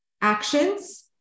actions